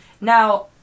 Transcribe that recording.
Now